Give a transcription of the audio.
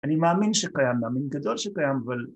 ‫אני מאמין שקיים, מאמין גדול שקיים, ‫אבל...